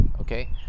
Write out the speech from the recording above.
okay